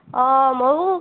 অ ময়ো